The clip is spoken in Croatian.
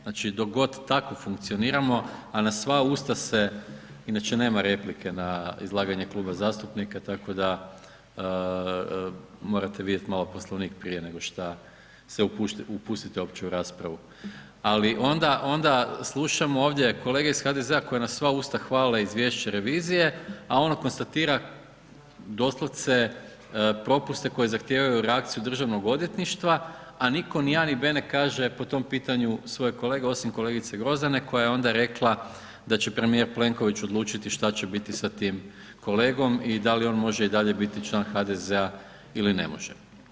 Znači dok god tako funkcioniramo a na sva usta se, inače nema replike na izlaganje kluba zastupnika tako da morate vidjeti malo Poslovnik prije nego šta se upustite uopće u raspravu, ali onda slušamo kolege iz HDZ-a koji na sva usta hvale izvješće revizije, a ono konstatira doslovce propuste koje zahtijevaju reakciju Državnog odvjetništva a nitko ni a ni b ne kaže po tom pitanju svoje kolege osim kolegice Grozdane koja je onda rekla da će premijer Plenković odlučiti šta će biti sa tim kolegom i da li on može i dalje biti član HDZ-a ili ne može.